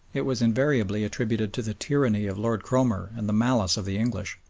it was invariably attributed to the tyranny of lord cromer and the malice of the english.